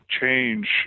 change